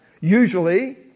Usually